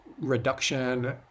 reduction